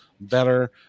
better